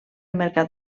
mercat